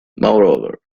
moreover